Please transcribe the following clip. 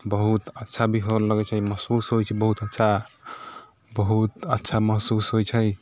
बहुत अच्छा भी हुअ लगैत छै महसूस होइत छै बहुत अच्छा बहुत अच्छा महसूस होइत छै